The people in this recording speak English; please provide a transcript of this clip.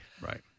right